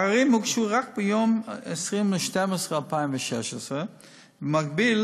העררים הוגשו רק ביום 20 בדצמבר 2016. במקביל